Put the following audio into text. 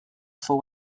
fou